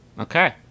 Okay